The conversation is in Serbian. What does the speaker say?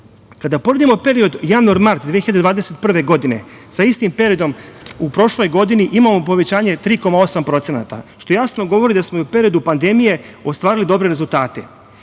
Kada poredimo period januar-mart 2021. godine sa istim periodom u prošloj godini, imamo povećanje 3,8%, što jasno govori da smo i u periodu pandemije ostvarili dobre rezultate.